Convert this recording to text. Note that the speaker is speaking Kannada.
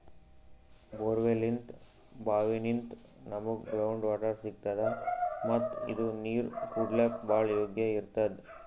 ಬೋರ್ವೆಲ್ನಿಂತ್ ಭಾವಿನಿಂತ್ ನಮ್ಗ್ ಗ್ರೌಂಡ್ ವಾಟರ್ ಸಿಗ್ತದ ಮತ್ತ್ ಇದು ನೀರ್ ಕುಡ್ಲಿಕ್ಕ್ ಭಾಳ್ ಯೋಗ್ಯ್ ಇರ್ತದ್